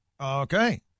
okay